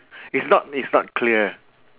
it's not it's not clear